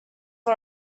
all